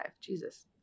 Jesus